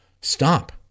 Stop